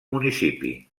municipi